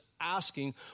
asking